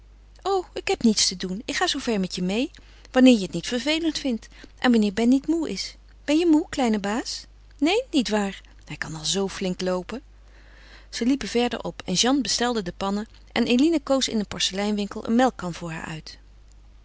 o ik heb niets te doen ik ga zoo ver met je meê wanneer je het niet vervelend vindt en wanneer ben niet moê is ben je moê kleine baas neen niet waar hij kan al zoo flink loopen zij liepen verder op en jeanne bestelde de pannen en eline koos in een porceleinwinkel een melkkan voor haar uit